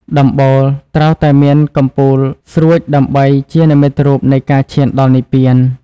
ដំបូល ត្រូវតែមានកំពូលស្រួចដើម្បីជានិមិត្តរូបនៃការឈានដល់និព្វាន។